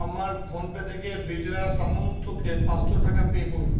আমার ফোনপে থেকে বিজয়া সামন্তকে পাঁচশো টাকা পে করুন